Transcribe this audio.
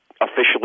officially